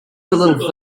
little